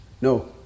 No